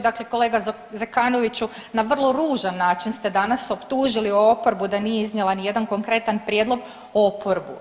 Dakle, kolega Zekanoviću na vrlo ružan način ste danas optužili oporbu da nije iznijela ni jedan konkretan prijedlog, oporbu.